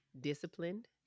disciplined